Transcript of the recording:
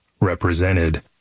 represented